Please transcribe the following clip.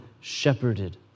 shepherded